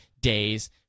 days